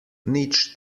nič